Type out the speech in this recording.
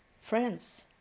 friends